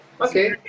okay